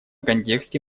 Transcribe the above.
контексте